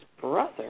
brother